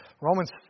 Romans